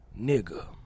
nigga